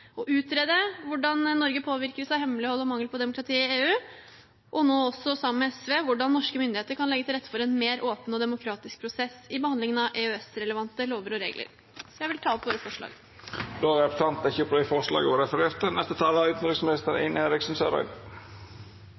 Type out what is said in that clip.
utrede hvordan Norge påvirkes av hemmelighold og mangel på demokrati i EU, og sammen med SV også hvordan norske myndigheter kan legge til rette for en mer åpen og demokratisk prosess i behandlingen av EØS-relevante lover og regler. Jeg tar opp vårt forslag. Då har representanten Emilie Enger Mehl teke opp det forslaget